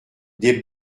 des